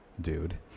dude